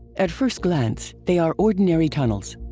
at first glance, they are ordinary tunnels.